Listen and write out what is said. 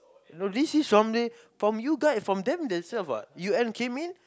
no this is normally from you guy from them themselves what U_N came in